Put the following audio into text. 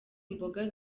imboga